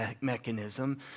mechanism